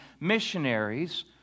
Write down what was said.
missionaries